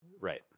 Right